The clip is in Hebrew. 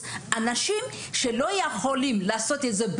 ואתם הייתם צריכים לדעת על זה.